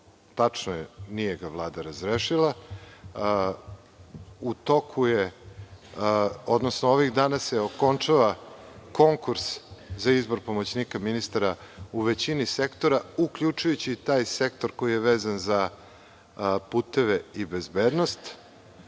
Tačno je, nije ga Vlada razrešila. Ovih dana se okončava konkurs za izbor pomoćnika ministra u većini sektora, uključujući i taj sektor koji je vezan za puteve i bezbednost.